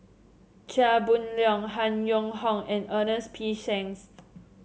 Chia Boon Leong Han Yong Hong and Ernest P Shanks